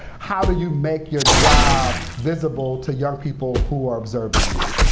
how do you make your job visible to young people who are observing you,